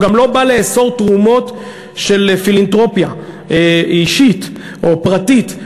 הוא גם לא בא לאסור תרומות של פילנתרופיה אישית או פרטית,